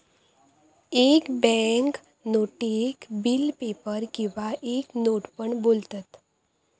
एक बॅन्क नोटेक bill paper किंवा एक नोट पण बोलतत